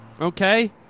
okay